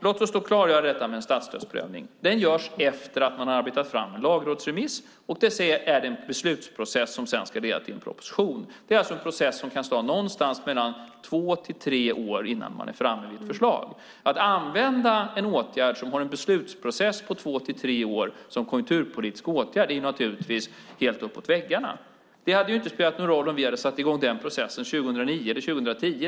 Låt oss klargöra att en statsstödsprövning görs efter att man har arbetat fram en lagrådsremiss, som är den beslutsprocess som sedan ska leda till en proposition. Det är en process som kan ta någonstans mellan två och tre år innan man är framme vid ett förslag. Att använda en åtgärd som har en beslutsprocess på två till tre år som en konjunkturpolitisk åtgärd är naturligtvis helt uppåt väggarna. Det hade inte spelat någon roll om vi hade satt i gång den processen 2009 eller 2010.